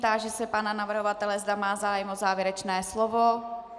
Táži se pana navrhovatele, zda má zájem o závěrečné slovo.